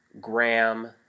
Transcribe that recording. gram